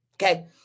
Okay